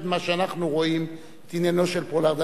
ממה שאנחנו רואים את עניינו של פולארד.